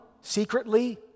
secretly